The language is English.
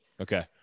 Okay